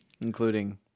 Including